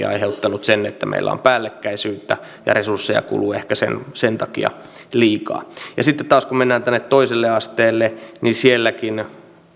on aiheuttanut sen että meillä on päällekkäisyyttä ja resursseja kuluu ehkä sen takia liikaa sitten taas kun mennään tänne toiselle asteelle niin sielläkin